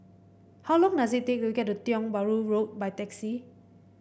how long does it take to get to Tiong Bahru Road by taxi